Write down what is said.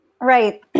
Right